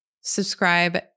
subscribe